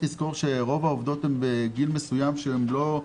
לזכור שרוב העובדות בגיל מסוים שהן לא,